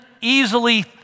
easily